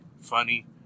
funny